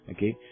Okay